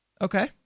Okay